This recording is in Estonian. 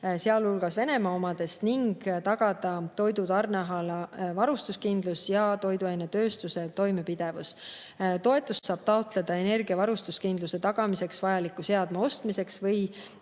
sealhulgas Venemaa omadest, ning tagada toidutarneahela varustuskindlus ja toiduainetööstuse toimepidevus. Toetust saab taotleda energiavarustuskindluse tagamiseks vajaliku seadme ostmiseks või